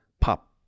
pop